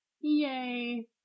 Yay